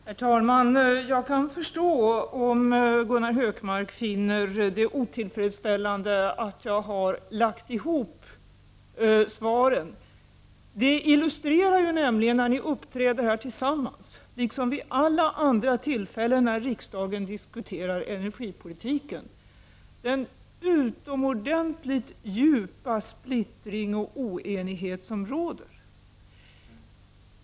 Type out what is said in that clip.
Herr talman! Jag kan förstå om Gunnar Hökmark finner det otillfredsställande att jag så att säga har lagt ihop svaren. Liksom vid alla andra tillfällen när riksdagen diskuterar energipolitiken, illustrerar ni nämligen då ni uppträder tillsammans den utomordentligt djupa splittring och oenighet som råder.